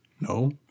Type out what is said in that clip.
No